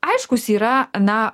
aiškus yra na